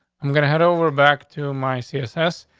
i'm gonna head over back to my css.